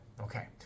Okay